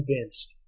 convinced